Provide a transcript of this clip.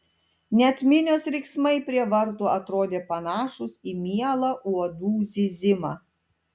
net minios riksmai prie vartų atrodė panašūs į mielą uodų zyzimą